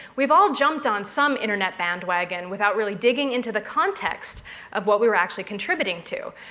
we've all jumped on some internet bandwagon without really digging into the context of what we were actually contributing to.